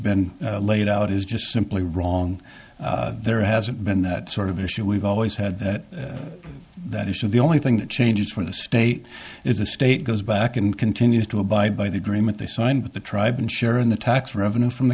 been laid out is just simply wrong there hasn't been that sort of issue we've always had that that is the only thing that changes for the state is a state goes back and continues to abide by the agreement they signed with the tribe and share in the tax revenue from the